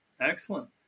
excellent